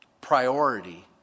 priority